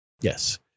yes